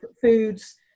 foods